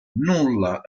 nulla